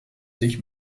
sich